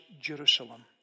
Jerusalem